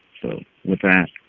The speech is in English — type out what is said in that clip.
so with that,